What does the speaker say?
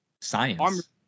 science